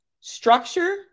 Structure